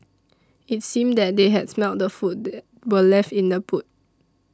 it seemed that they had smelt the food were left in the boot